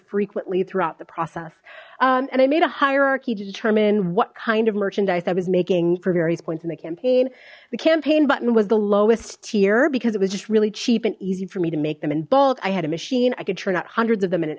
frequently throughout the process and i made a hierarchy to determine what kind of merchandise that was making for various points in the campaign the campaign button was the lowest tyr because it was just really cheap and easy for me to make them in bulk i had a machine i could turn out hundreds of them in an